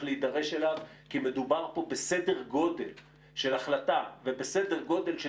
להידרש אליו כי מדובר פה בסדר גודל של החלטה ובסדר גודל של